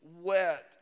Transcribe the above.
wet